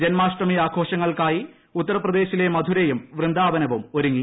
ജന്മാഷ്ടമി ആഘോഷങ്ങൾക്കായി ഉത്തർപ്രദേശിലെ മഥുരയും വൃന്ദാവനവും ഒരുങ്ങി